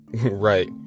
right